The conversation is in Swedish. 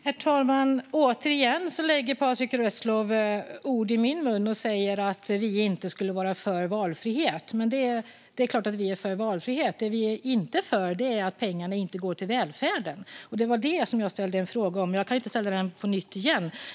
Herr talman! Återigen lägger Patrick Reslow ord i min mun och säger att vi inte skulle vara för valfrihet. Det är klart att vi är för valfrihet. Det vi inte är för är att pengarna inte går till välfärden. Det var vad jag ställde en fråga om. Jag kan inte ställa den på nytt igen.